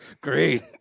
Great